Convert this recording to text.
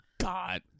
god